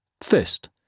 First